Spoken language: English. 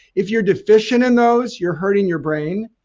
if you're deficient in those, you're hurting your brain.